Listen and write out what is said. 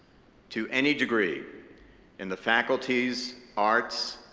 to any degree in the faculties, arts,